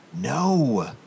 No